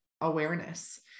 awareness